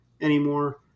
Anymore